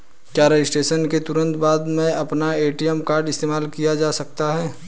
क्या रजिस्ट्रेशन के तुरंत बाद में अपना ए.टी.एम कार्ड इस्तेमाल किया जा सकता है?